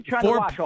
Four